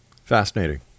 Fascinating